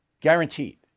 Guaranteed